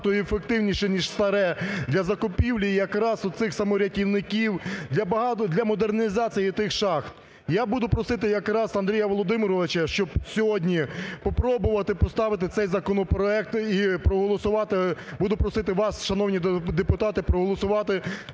ефективніше ніж старе, для закупівлі якраз оцих саморятівників, для багато, для модернізації тих шахт. Я буду просити якраз Андрія Володимировича, щоб сьогодні попробувати поставити цей законопроект і проголосувати. Буду просити вас, шановні депутати, проголосувати